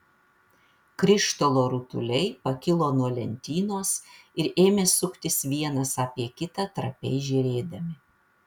krištolo rutuliai pakilo nuo lentynos ir ėmė suktis vienas apie kitą trapiai žėrėdami